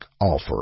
offer